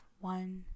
One